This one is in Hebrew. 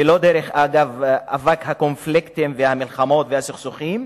ולא דרך אבק הקונפליקטים והמלחמות והסכסוכים,